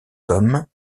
comme